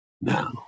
Now